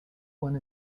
one